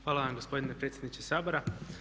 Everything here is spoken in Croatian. Hvala vam gospodine predsjedniče Sabora.